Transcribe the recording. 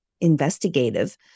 investigative